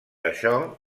això